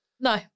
No